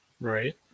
Right